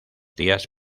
días